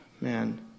Man